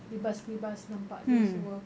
bebas bebas nampak dia semua